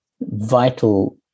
vital